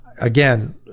again